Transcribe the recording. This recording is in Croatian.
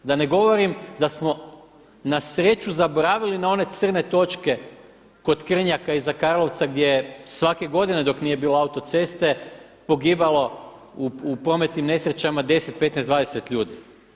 Da ne govorim da smo na sreću zaboravili na one crne točke kod Krnjaka iza Karlovca gdje je svake godine dok nije bilo autoceste pogibalo u prometnim nesrećama 10, 15, 20 ljudi.